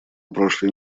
прошлой